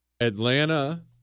Atlanta